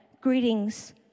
Greetings